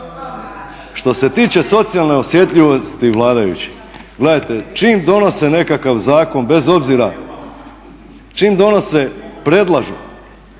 Što se tiče socijalne osjetljivosti vladajućih, gledajte, čim donose nekakav zakon bez obzira, čim predlažu